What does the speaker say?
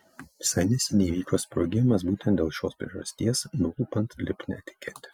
visai neseniai įvyko sprogimas būtent dėl šios priežasties nulupant lipnią etiketę